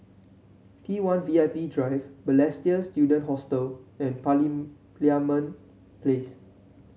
T one V I P Drive Balestier Student Hostel and Parliament Place